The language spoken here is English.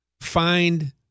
find –